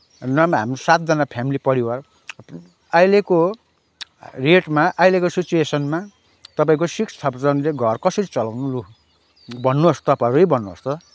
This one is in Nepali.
नभए पनि हाम्रो सातजना फ्यामिली परिवार अहिलेको रेटमा अहिलेको सिच्वेसनमा तपाईँको सिक्स थाउजन्डले घर कसरी चलाउनु लु भन्नुहोस् तपाईँहरू नै भन्नुहोस् त